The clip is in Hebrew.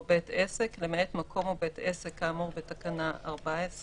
בית עסק למעט מקום או בית עסק כאמור בתקנה 14,